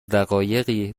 دقایقی